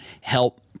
help